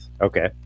Okay